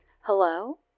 Hello